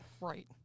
right